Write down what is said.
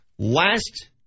Last